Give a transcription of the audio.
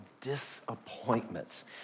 disappointments